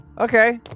Okay